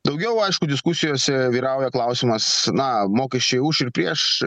daugiau aišku diskusijose vyrauja klausimas na mokesčiai už ir prieš